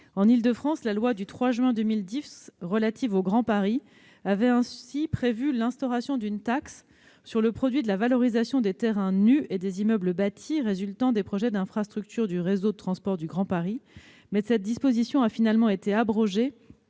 l'Île-de-France, la loi du 3 juin 2010 relative au Grand Paris avait ainsi prévu l'instauration d'une taxe sur le produit de la valorisation des terrains nus et des immeubles bâtis résultant des projets d'infrastructures du réseau de transports du Grand Paris, mais cette disposition a finalement été abrogée